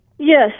Yes